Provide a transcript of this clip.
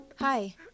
Hi